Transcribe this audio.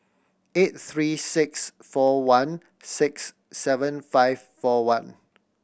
eight three six four one six seven five four one